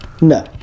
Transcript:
No